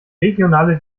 regionale